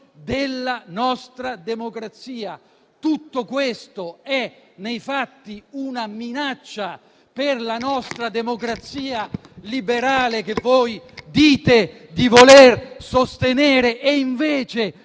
della nostra democrazia. Tutto questo è, nei fatti, una minaccia per la nostra democrazia liberale, che voi dite di voler sostenere e che invece